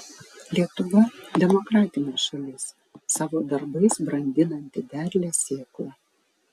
lietuva demokratinė šalis savo darbais brandinanti derlią sėklą